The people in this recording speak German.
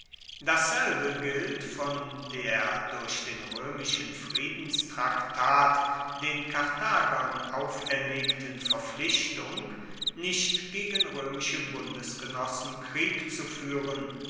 dasselbe gilt von der durch den roemischen friedenstraktat den karthagern auferlegten verpflichtung nicht gegen roemische bundesgenossen krieg zu fuehren